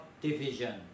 division